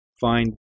find